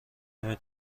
نمی